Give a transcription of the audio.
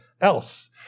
else